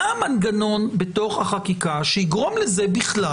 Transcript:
מה המנגנון בתוך החקיקה שיגרום לזה בכלל